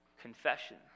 Confession